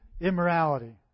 immorality